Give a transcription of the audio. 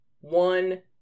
one